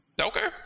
Okay